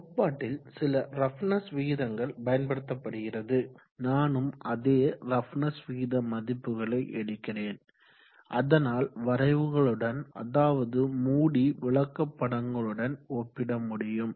கோட்பாட்டில் சில ரஃப்னஸ் விகிதங்கள் பயன்படுத்தப்படுகிறது நானும் அதே ரஃப்னஸ் விகித மதிப்புகளை எடுக்கிறேன் அதனால் வரைவுகளுடன் அதாவது மூடி விளக்கப்படங்களுடன் ஒப்பிட முடியும்